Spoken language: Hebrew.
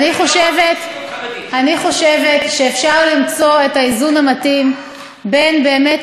אני חושבת שאפשר למצוא את האיזון המתאים בין באמת